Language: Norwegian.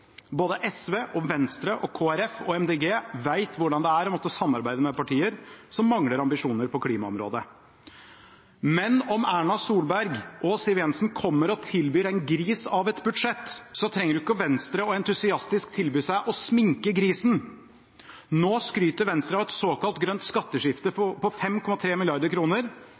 Både SV, Venstre, Kristelig Folkeparti og Miljøpartiet De Grønne vet hvordan det er å måtte samarbeide med partier som mangler ambisjoner på klimaområdet. Men om Erna Solberg og Siv Jensen kommer og tilbyr en gris av et budsjett, så trenger jo ikke Venstre entusiastisk å tilby seg å sminke grisen! Nå skryter Venstre av et såkalt grønt skatteskifte på 5,3